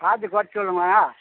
பார்த்து குறைச்சி சொல்லுங்களேன்